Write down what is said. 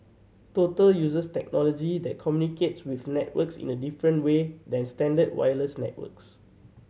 total uses technology that communicates with networks in a different way than standard wireless networks